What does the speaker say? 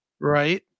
right